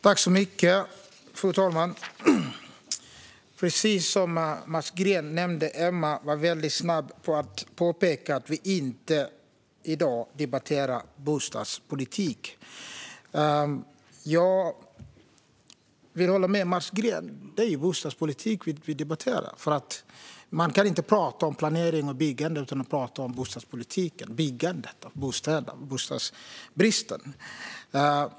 Fru talman! Som Mats Green nämnde var Emma Hult snabb att påpeka att vi i dag inte debatterar bostadspolitik. Jag vill hålla med Mats Green - det är bostadspolitik vi debatterar. Man kan inte prata om planering och byggande utan att prata om bostadspolitiken, byggandet av bostäder och bostadsbristen.